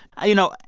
you know,